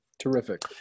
Terrific